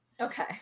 Okay